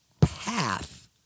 path